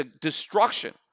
destruction